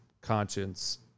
conscience